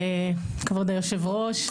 כבוד היושב-ראש,